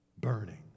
burning